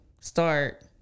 start